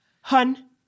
Hun